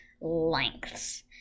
lengths